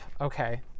okay